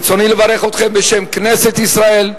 ברצוני לברך אתכם בשם כנסת ישראל.